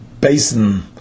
basin